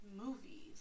Movies